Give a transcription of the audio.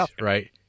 right